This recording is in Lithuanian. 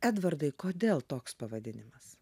edvardai kodėl toks pavadinimas